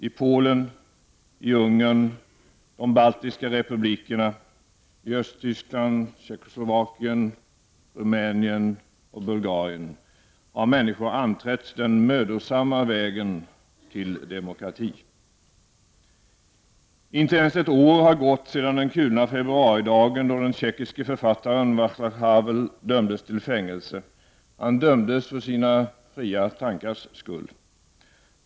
I Polen, i Ungern, i de baltiska republikerna, i Östtyskland, Tjeckoslovakien, Rumänien och Bulgarien har människorna anträtt den mödosamma vägen till demokrati. Inte ens ett år har gått sedan den kulna februaridagen, då den tjeckiske författaren Vaclav Havel dömdes till fängelse. Han dömdes för sina fria tankars skull.